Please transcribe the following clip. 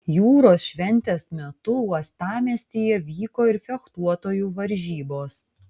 jūros šventės metu uostamiestyje vyko ir fechtuotojų varžybos